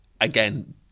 again